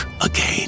again